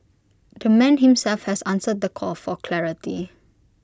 the man himself has answered the call for clarity